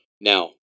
Now